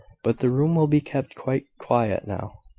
but the room will be kept quite quiet now,